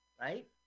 right